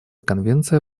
конвенция